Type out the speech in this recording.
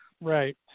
Right